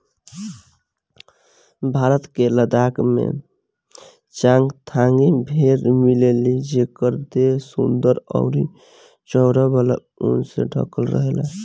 भारत के लद्दाख में चांगथांगी भेड़ मिलेली जेकर देह सुंदर अउरी चौड़ा वाला ऊन से ढकल रहेला